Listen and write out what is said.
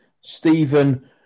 Stephen